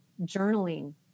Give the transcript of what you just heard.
journaling